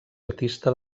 artista